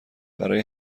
برای